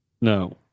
No